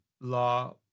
law